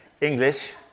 English